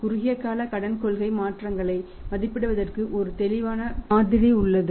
குறுகிய கால கடன் கொள்கை மாற்றங்களை மதிப்பிடுவதற்கு ஒரு தெளிவான மாதிரி உள்ளது